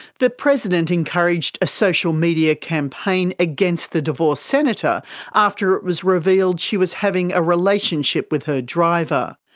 the president encouraged a social media campaign against the divorced senator after it was revealed she was having a relationship with her driver.